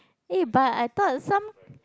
eh but I thought some